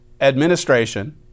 administration